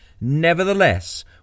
Nevertheless